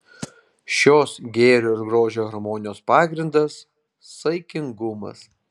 šios gėrio ir grožio harmonijos pagrindas saikingumas